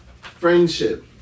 Friendship